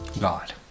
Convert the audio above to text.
God